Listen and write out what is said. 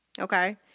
okay